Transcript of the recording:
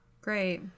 great